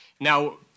Now